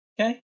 Okay